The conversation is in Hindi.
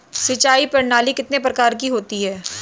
सिंचाई प्रणाली कितने प्रकार की होती हैं?